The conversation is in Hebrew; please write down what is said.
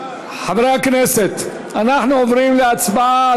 חברי הכנסת, אנחנו עוברים להצבעה.